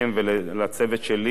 ולצוות שלי.